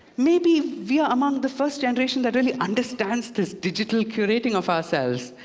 maybe we are among the first generation that really understands this digital curating of ourselves.